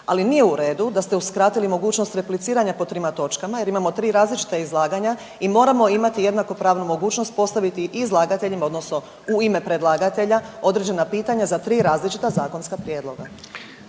ali nije u redu da ste uskratili mogućnost repliciranja po trima točkama jer imamo 3 različita izlaganja i moramo imati jednakopravnu mogućnost postaviti i izlagateljima, odnosno u ime predlagatelja određena pitanja za 3 različita zakonska prijedloga.